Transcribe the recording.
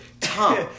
Tom